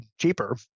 cheaper